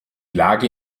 lage